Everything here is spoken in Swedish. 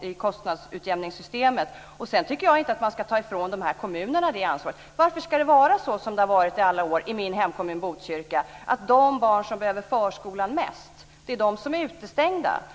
i kostnadsutjämningssystemet. Jag tycker inte att man ska ta ifrån kommunerna det ansvaret. Varför ska det vara så, som det har varit i min hemkommun Botkyrka i alla år, att de barn som behöver förskolan mest är utestängda?